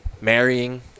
marrying